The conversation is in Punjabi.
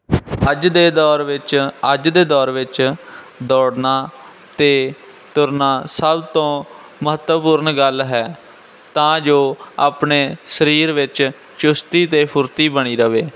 ਅੱਜ ਦੇ ਦੌਰ ਵਿੱਚ ਅੱਜ ਦੇ ਦੌਰ ਵਿੱਚ ਦੌੜਨਾ ਅਤੇ ਤੁਰਨਾ ਸਭ ਤੋਂ ਮਹੱਤਵਪੂਰਨ ਗੱਲ ਹੈ ਤਾਂ ਜੋ ਆਪਣੇ ਸਰੀਰ ਵਿੱਚ ਚੁਸਤੀ ਅਤੇ ਫੁਰਤੀ ਬਣੀ ਰਹੇ